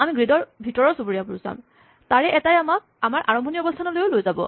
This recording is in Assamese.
আমি গ্ৰীডৰ ভিতৰৰ চুবুৰীয়াবোৰ চাম তাৰে এটাই আমাক আমাৰ আৰম্ভণিৰ অৱস্হানলৈ লৈ যাব